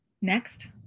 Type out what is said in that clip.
Next